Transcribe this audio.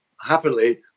happily